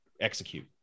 execute